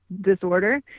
disorder